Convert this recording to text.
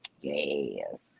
Yes